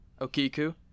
Okiku